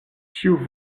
ĉiu